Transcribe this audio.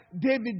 David